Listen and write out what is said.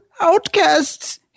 Outcasts